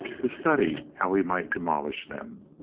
to study how he might demolish them.